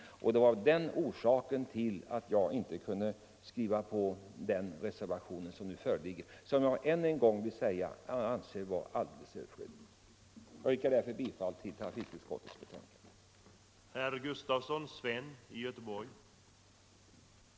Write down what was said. Detta är orsaken till att jag inte kunnat biträda reservationen. Jag anser den — det vill jag säga ännu en gång — vara alldeles överflödig. Jag yrkar bifall till trafikutskottets hemställan.